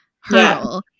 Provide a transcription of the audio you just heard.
hurdle